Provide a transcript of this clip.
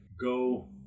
go